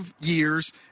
years